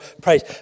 praise